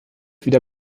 wieder